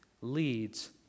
leads